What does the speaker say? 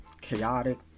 chaotic